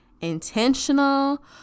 intentional